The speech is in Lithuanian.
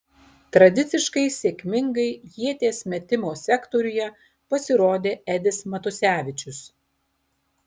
tradiciškai sėkmingai ieties metimo sektoriuje pasirodė edis matusevičius